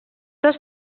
dos